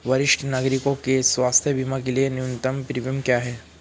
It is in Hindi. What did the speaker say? वरिष्ठ नागरिकों के स्वास्थ्य बीमा के लिए न्यूनतम प्रीमियम क्या है?